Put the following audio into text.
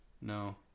No